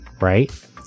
Right